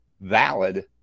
valid